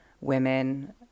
women